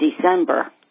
December